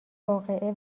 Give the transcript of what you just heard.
واقعه